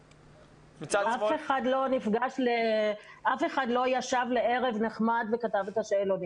אף אחד לא ישב לערב נחמד וכתב את השאלונים.